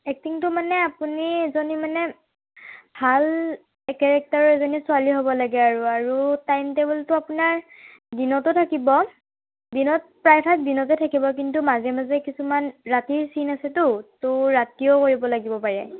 এক্টিঙটো মানে আপুনি এজনী মানে ভাল কেৰেক্টাৰৰ এজনী ছোৱালী হ'ব লাগে আৰু আৰু টাইম টেবুলটো আপোনাৰ দিনতো থাকিব দিনত প্ৰায়ভাগ দিনতে থাকিব কিন্তু মাজে মাজে কিছুমান ৰাতিৰ চিন আছেতো ত ৰাতিও কৰিব লাগিব পাৰে